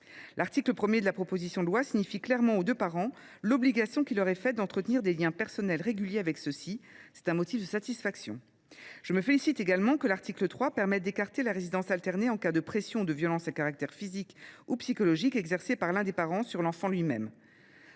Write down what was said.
L’article 1 de la proposition de loi établit clairement l’obligation pour les deux parents d’entretenir des liens personnels réguliers avec leurs enfants. C’est un motif de satisfaction. Je me félicite également que l’article 3 permette d’écarter la résidence alternée en cas de pressions ou de violences à caractère physique ou psychologique exercées par l’un des parents sur l’enfant lui même.